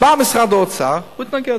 משרד האוצר, מתנגד.